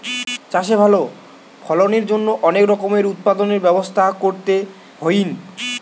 চাষে ভালো ফলনের জন্য অনেক রকমের উৎপাদনের ব্যবস্থা করতে হইন